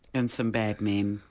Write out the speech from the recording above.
and some bad men.